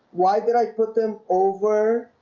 why did i put them over?